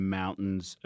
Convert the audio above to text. mountains